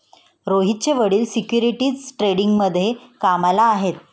रोहितचे वडील सिक्युरिटीज ट्रेडिंगमध्ये कामाला आहेत